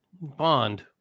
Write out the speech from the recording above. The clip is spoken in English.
Bond